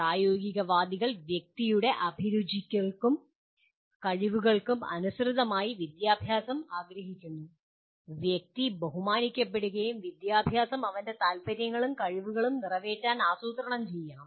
പ്രായോഗികവാദികൾ വ്യക്തിയുടെ അഭിരുചികൾക്കും കഴിവുകൾക്കും അനുസൃതമായി വിദ്യാഭ്യാസം ആഗ്രഹിക്കുന്നു വ്യക്തി ബഹുമാനിക്കുകപ്പെടുകയും വിദ്യാഭ്യാസം അവൻ്റെ താല്പര്യങ്ങളും കഴിവുകളും നിറവേറ്റാനും ആസൂത്രണം ചെയ്യണം